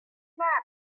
nap